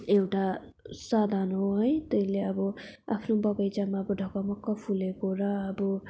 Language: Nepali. एउटा साधान हो है त्यहीले अब आफ्नो बगैँचामा अब ढकमक्क फुलेको र अब